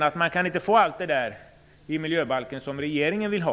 det att man inte kan få med i miljöbalken allt det som regeringen vill ha.